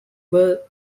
were